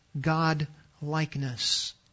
God-likeness